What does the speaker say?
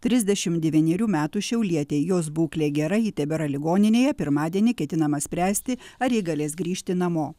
trisdešim devynerių metų šiaulietė jos būklė gera ji tebėra ligoninėje pirmadienį ketinama spręsti ar ji galės grįžti namo